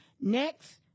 next